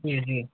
जी जी